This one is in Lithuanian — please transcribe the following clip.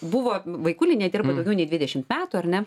buvo vaikų linija dirba daugiau nei dvidešimt metų ar ne